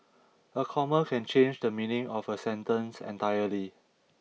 a comma can change the meaning of a sentence entirely